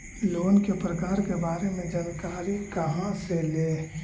Loan के प्रकार के बारे मे जानकारी कहा से ले?